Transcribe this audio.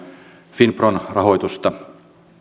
finpron rahoitusta